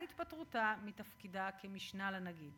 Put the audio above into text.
על התפטרותה מתפקידה המשנה לנגיד.